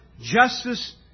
justice